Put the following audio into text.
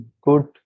good